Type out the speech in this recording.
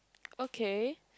okay